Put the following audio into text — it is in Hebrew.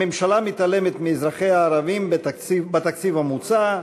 הממשלה מתעלמת מאזרחיה הערבים בתקציב המוצע,